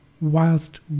whilst